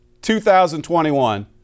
2021